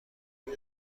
این